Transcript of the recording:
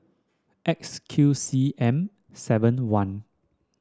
X Q C M seven one